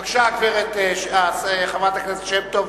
בבקשה, חברת הכנסת שמטוב,